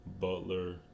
Butler